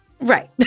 Right